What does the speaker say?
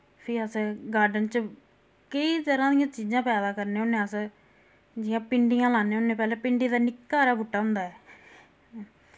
फ्ही अस गार्डन च केई तरह दि'यां चीजां पैदा करने होने अस जि'यां भिंडियां लाने होने पैह्ले भिंडी दा निक्का हारा बूह्टा होंदा ऐ